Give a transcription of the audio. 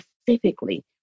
specifically